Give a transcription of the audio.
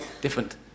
different